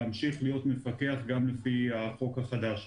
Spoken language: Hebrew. להמשיך להיות מפקח גם לפי החוק החדש.